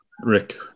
Rick